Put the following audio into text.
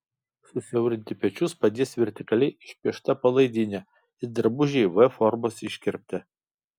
susiaurinti pečius padės vertikaliai išpiešta palaidinė ir drabužiai v formos iškirpte